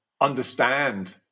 understand